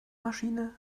maschine